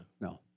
no